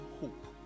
hope